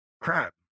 Crap